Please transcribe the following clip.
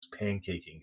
pancaking